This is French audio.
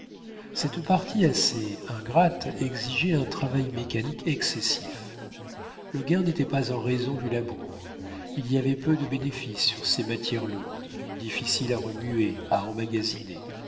cette partie assez ingrate exigeait un travail mécanique excessif le gain n'était pas en raison du labeur il y avait peu de bénéfice sur ces matières lourdes difficiles à remuer à emmagasiner